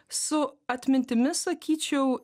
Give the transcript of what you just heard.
su atmintimi sakyčiau